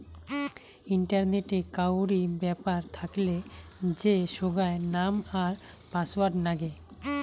ইন্টারনেটে কাউরি ব্যাপার থাকলে যে সোগায় নাম আর পাসওয়ার্ড নাগে